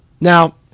Now